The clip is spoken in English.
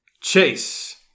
Chase